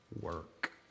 work